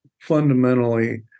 fundamentally